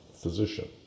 physician